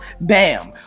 bam